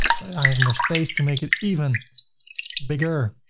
so i have more space to make it even bigger,